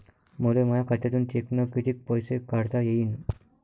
मले माया खात्यातून चेकनं कितीक पैसे काढता येईन?